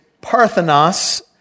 parthenos